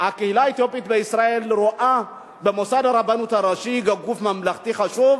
הקהילה האתיופית בישראל רואה במוסד הרבנות הראשית גוף ממלכתי חשוב,